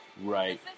right